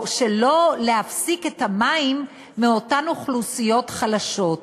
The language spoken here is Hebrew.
או שלא להפסיק את המים לאוכלוסיות חלשות.